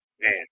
Man